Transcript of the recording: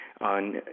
On